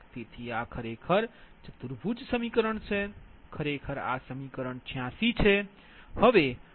તેથી આ ખરેખર ચતુર્ભુજ સમીકરણ છે ખરેખર આ સમીકરણ 86 છે